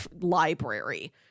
library